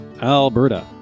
Alberta